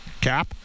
cap